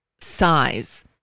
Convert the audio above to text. size